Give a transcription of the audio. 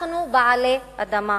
אנחנו בעלי אדמה.